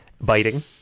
biting